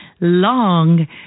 long